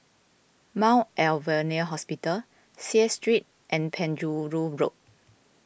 Mount Alvernia Hospital Seah Street and Penjuru Road